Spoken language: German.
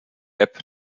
app